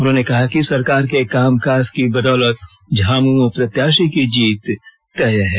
उन्होंने कहा कि सरकार के कामकाज की बदौलत झामुमो प्रत्याशी की जीत तय है